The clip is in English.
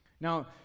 Now